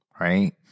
right